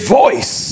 voice